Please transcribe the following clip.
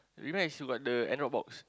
Remax got the Android box